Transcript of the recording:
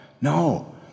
No